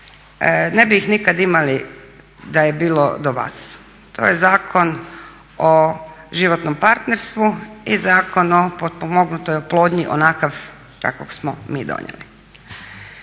ne bi ih nikad imali da je bilo do vas. To je Zakon o životnom partnerstvu i Zakon o potpomognutoj oplodnji onakav kakvog smo mi donijeli.